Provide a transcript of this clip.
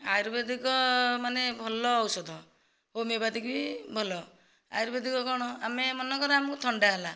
ଆୟୁର୍ବେଦିକ ମାନେ ଭଲ ଔଷଧ ହୋମିଓପାଥିକ ବି ଭଲ ଆୟୁର୍ବେଦିକ କ'ଣ ମାନେ ମନେକର ଆମକୁ ଥଣ୍ଡା ହେଲା